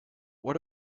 what